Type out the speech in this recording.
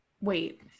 Wait